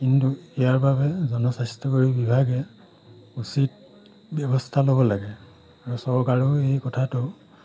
কিন্তু ইয়াৰ বাবে জনস্বাস্থ্যকৰী বিভাগে উচিত ব্যৱস্থা ল'ব লাগে আৰু চৰকাৰেও এই কথাটো